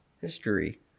History